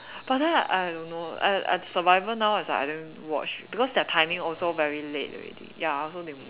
but ah I don't know I I survival now is like I don't watch because their timing also very late already ya I also